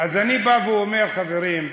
חברים,